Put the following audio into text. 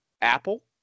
Apple